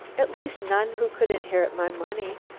at least none who could inherit my money.